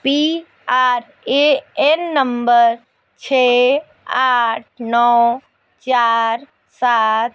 P R A N number छः आठ नौ चार सात